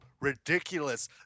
ridiculous